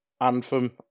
Anthem